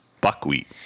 buckwheat